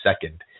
second